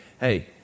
hey